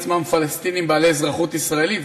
עצמם פלסטינים בעלי אזרחות ישראלית,